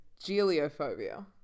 geliophobia